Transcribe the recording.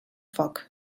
foc